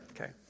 Okay